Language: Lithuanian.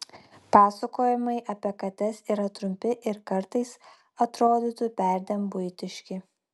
pasakojimai apie kates yra trumpi ir kartais atrodytų perdėm buitiški